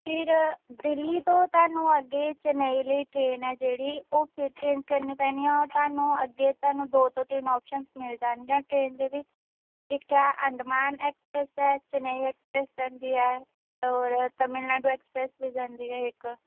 ਫਿਰ ਦਿੱਲੀ ਤੋਂ ਤੁਹਾਨੂੰ ਅੱਗੇ ਚੇਨਈ ਲਈ ਟ੍ਰੇਨ ਹੈ ਜਿਹੜੀ ਉਹ ਫਿਰ ਚੇਂਜ ਕਰਨੀ ਪੈਣੀ ਉਹ ਤੁਹਾਨੂੰ ਅੱਗੇ ਤੁਹਾਨੂੰ ਦੋ ਤੋਂ ਤਿੰਨ ਆਪਸ਼ਨਸ ਮਿਲ ਜਾਣਗੇ ਟਰੇਨ ਦੇ ਵਿੱਚ ਇੱਕ ਆ ਅੰਡਮਾਨ ਐਕਸਪਰੈਸ ਹੈ ਚੇਨਈ ਐਕਸਪਰੈਸ ਜਾਂਦੀ ਹੈ ਔਰ ਤਮਿਲਨਾਡੂ ਐਕਸਪਰੈਸ ਵੀ ਜਾਂਦੀ ਹੈ ਇੱਕ